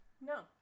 No